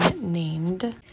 named